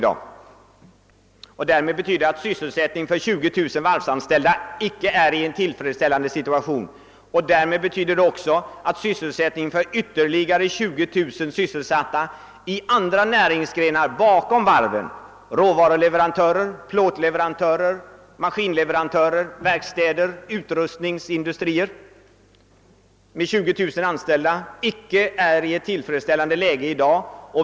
Därför är sysselsättningsläget för 20 000 varvsanställda icke tillfredsställande, och det betyder att sysselsättningsläget för ytterligare 20000 personer som är anställda i andra näringsgrenar — hos råvaruleverantörer, plåtleverantörer, maskinleverantörer, verkstäder, utrustningsindustrier 0. s. v. — icke är tillfredsställande.